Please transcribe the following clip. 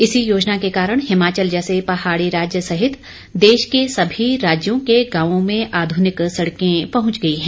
इसी योजना के कारण हिमाचल जैसे पहाड़ी राज्य सहित देश के सभी राज्यों के गांवों में आधुनिक सड़के पहुंच गई है